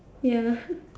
ya